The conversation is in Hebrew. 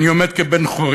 אני עומד כבן-חורין,